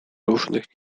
różnych